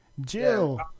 Jill